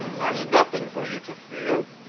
there is nothing for you to fear.